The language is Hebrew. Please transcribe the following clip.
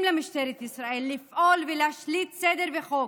למשטרת ישראל לפעול ולהשליט סדר וחוק.